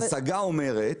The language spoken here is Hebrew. ברשותכם,